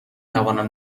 توانم